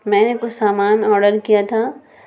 میں نے کچھ سامان آڈر کیا تھا